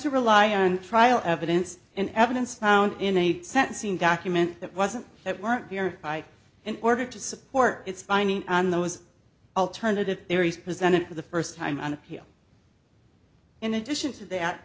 to rely on trial evidence and evidence found in a sentencing document that wasn't that weren't here by in order to support its finding on those alternative theories presented for the first time on appeal in addition to that